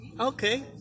Okay